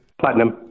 Platinum